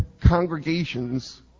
congregations